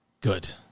good